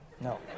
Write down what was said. No